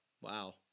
wow